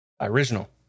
original